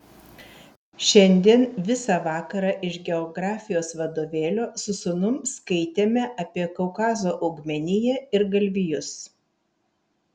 šiandien visą vakarą iš geografijos vadovėlio su sūnum skaitėme apie kaukazo augmeniją ir galvijus